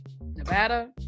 Nevada